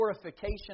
purification